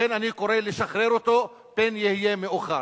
לכן, אני קורא לשחרר אותו פן יהיה מאוחר.